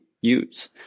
use